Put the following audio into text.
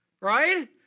right